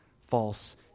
false